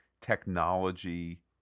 technology